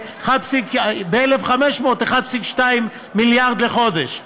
יש 800,000 זקנים והוא מבקש 1,500 שקל לחודש זה 1.2 מיליארד לחודש,